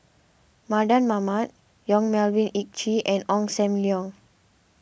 Mardan Mamat Yong Melvin Yik Chye and Ong Sam Leong